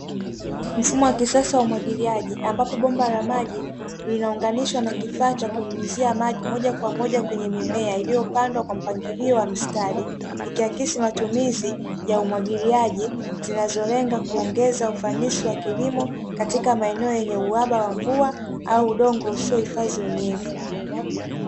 Mfumo wa kisasa wa umwagiliaji ambapo bomba la maji linaunganishwa na kifaa cha kunyunyuzia maji moja kwa moja kwenye mimea iliyopandwa kwa mpangilio wa mstari. Ikiakisi matumizi ya umwagiliaji, zinazolenga kuongeza ufanisi wa kilimo, katika maeneo yenye uhaba wa mvua au udongo usiohifadhi unyevu.